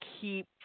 keep